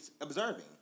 observing